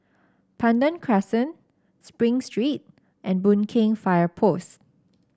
Pandan Crescent Spring Street and Boon Keng Fire Post